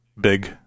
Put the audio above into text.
big